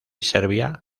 serbia